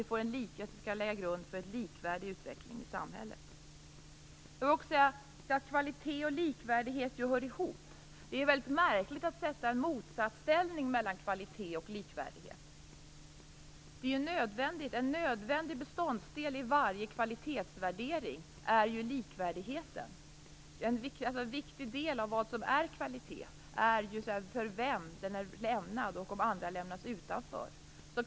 Vi måste få en grund för en likvärdig utveckling i samhället. Kvalitet och likvärdighet hör ihop. Det är märkligt att sätta dessa begrepp i en motsatsställning. En nödvändig beståndsdel i varje kvalitetsvärdering är likvärdigheten. En viktig del i vad som är kvalitet är för vem den är ämnad, och om andra lämnas utanför.